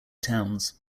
towns